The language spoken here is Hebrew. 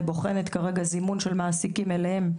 ובוחנת כרגע זימון של מעסיקים אליהם,